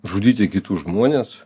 žudyti kitus žmones